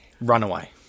Runaway